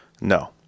No